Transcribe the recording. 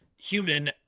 human